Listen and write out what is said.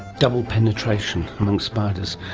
double penetration amongst spiders.